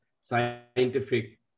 scientific